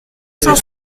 cent